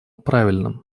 правильным